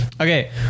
Okay